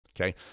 okay